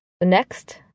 next